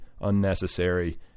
unnecessary